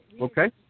okay